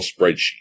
spreadsheet